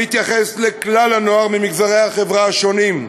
המתייחס לכלל הנוער ממגזרי החברה השונים: